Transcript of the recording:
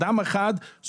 אדם אחד שהגיע עם אוכל.